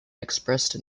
expressed